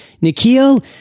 Nikhil